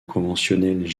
conventionnel